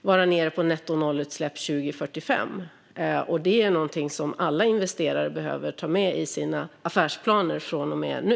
vara nere på nettonollutsläpp 2045. Det är någonting som alla investerare behöver ta med i sina affärsplaner från och med nu.